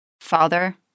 father